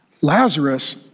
Lazarus